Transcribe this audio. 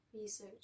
research